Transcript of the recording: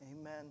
Amen